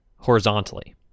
horizontally